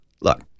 look